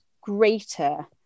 greater